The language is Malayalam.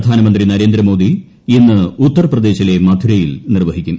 പ്രധാനമന്ത്രി നരേന്ദ്രമോദി ഇന്ന് ഉത്തർപ്രദേശിലെ മഥുരയിൽ നിർവ്വഹിക്കും